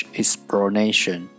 explanation